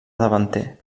davanter